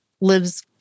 lives